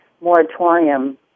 moratorium